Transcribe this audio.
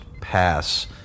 pass